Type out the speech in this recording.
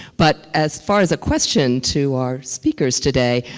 but as far as a question to our speakers today,